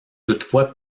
toutefois